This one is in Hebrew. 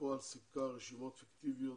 ובפועל סיפקה רשימות פיקטיביות,